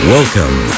Welcome